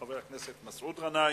חבר הכנסת מסעוד גנאים.